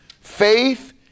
faith